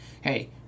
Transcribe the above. hey